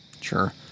Sure